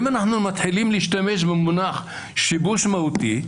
אם אנחנו מתחילים להשתמש במונח "שיבוש מהותי",